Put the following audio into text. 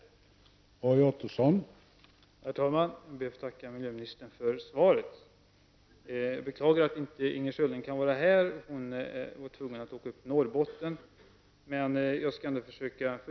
Då Inger Schörling, som framställt frågan, anmält att hon var förhindrad att närvara vid sammanträdet, medgav tredje vice talmannen att